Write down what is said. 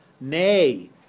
nay